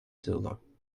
zulu